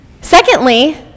Secondly